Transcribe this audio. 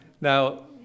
Now